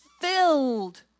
filled